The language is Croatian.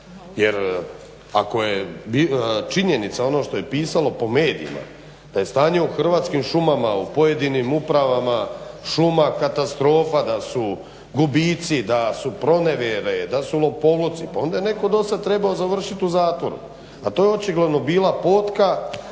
jer ako je činjenica ono što je pisalo po medijima da je stanje u Hrvatskim šumama u pojedinim upravama šuma katastrofa, da su gubici, da su pronevjere, da su lopovluci, pa onda je netko do sada trebao završiti u zatvoru. A to je očigledno bila potka,